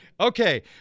Okay